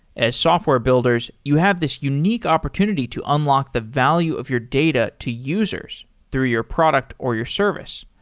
as software builders, you have this unique opportunity to unlock the value of your data to users through your product or your service.